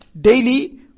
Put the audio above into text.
daily